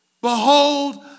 behold